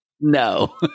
no